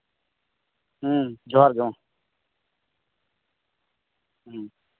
ᱡᱚᱦᱟᱨ ᱜᱮ